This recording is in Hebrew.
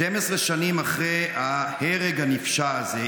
12 שנים אחרי ההרג הנפשע הזה,